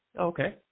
Okay